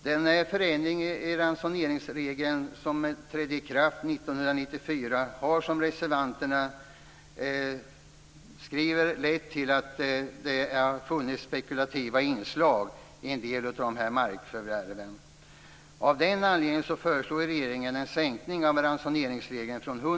Den förändring i ransoneringsregeln som trädde i kraft 1994 har som reservanterna skriver lett till att det har funnits spekulativa inslag i en del av markförvärven.